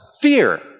fear